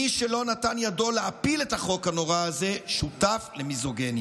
מי שלא נתן ידו להפיל את החוק הנורא הזה שותף למיזוגיניה.